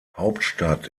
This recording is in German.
hauptstadt